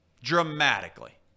Dramatically